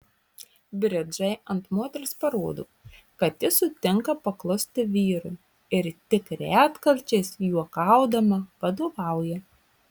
bridžai ant moters parodo kad ji sutinka paklusti vyrui ir tik retkarčiais juokaudama vadovauja